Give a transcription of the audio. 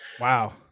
Wow